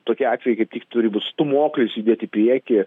tokie atvejai kaip tik turi būt stūmoklis judėt į priekį